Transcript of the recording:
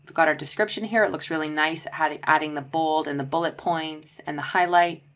got our description here, it looks really nice adding adding the bold and the bullet points and the highlight.